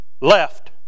left